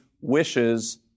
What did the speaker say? wishes